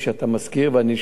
ואני שותף לזה.